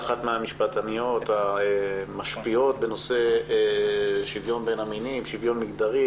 אחת מהמשפטניות המשפיעות בנושא שוויון בין המינים ושוויון מגדרי,